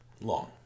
long